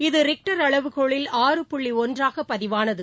இது ரிக்டர் அளவுகோலில் ஆறு புள்ளிஒன்றாகபதிவானது